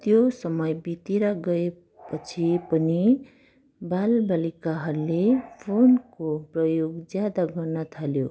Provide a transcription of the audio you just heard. त्यो समय बितेर गए पछि पनि बालबालिकाहरूले फोनको प्रयोग ज्यादा गर्न थाल्यो